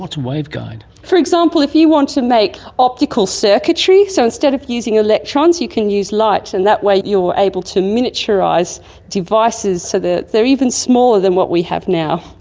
waveguide? for example if you want to make optical circuitry. so instead of using electrons you can use light, and that way you're able to miniaturise devices so that they are even smaller than what we have now.